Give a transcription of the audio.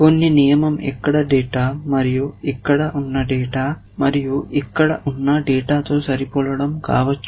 కొన్ని నియమం ఇక్కడ డేటా మరియు ఇక్కడ ఉన్న డేటా మరియు ఇక్కడ ఉన్న డేటాతో సరిపోలడం కావచ్చు